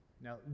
Now